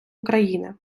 україни